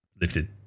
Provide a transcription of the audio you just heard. lifted